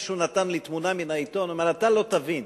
מישהו נתן לי תמונה מן העיתון ואמר לי: אתה לא תבין,